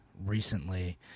recently